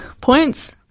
points